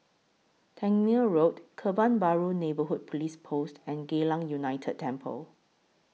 Tangmere Road Kebun Baru Neighbourhood Police Post and Geylang United Temple